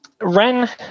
Ren